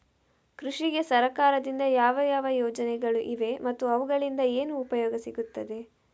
ಕೃಷಿಗೆ ಸರಕಾರದಿಂದ ಯಾವ ಯಾವ ಯೋಜನೆಗಳು ಇವೆ ಮತ್ತು ಅವುಗಳಿಂದ ಏನು ಉಪಯೋಗ ಸಿಗುತ್ತದೆ?